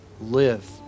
live